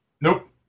Nope